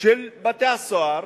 של בתי-הסוהר